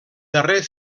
darrer